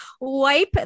wipe